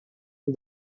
più